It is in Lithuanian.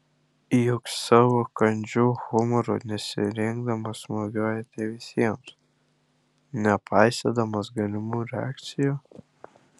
juk savo kandžiu humoru nesirinkdamas smūgiuojate visiems nepaisydamas galimų reakcijų